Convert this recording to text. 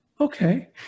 Okay